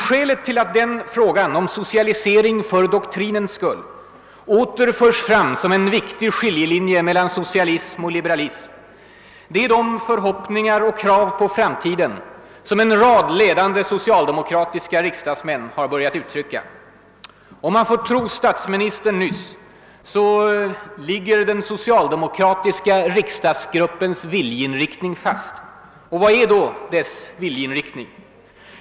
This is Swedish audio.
Skälet till att frågan om socialisering för doktrinens skull åter förs fram såsom en viktig skiljelinje mellan socialism och liberalism är de förhoppningar och krav på framtiden som en rad ledande socialdemokratiska riksdagsmän har börjat uttrycka. Om man får tro på statsministerns uttalande nyss ligger den socialdemokratiska riksdagsgruppens viljeinriktning fast. Vad innebär då denna viljeinriktning?